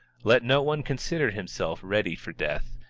let no one consider himself ready for death,